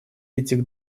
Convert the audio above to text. этих